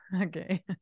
Okay